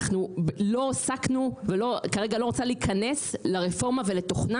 אנחנו לא עסקנו וכרגע לא רוצה להיכנס לרפורמה ולתוכנה.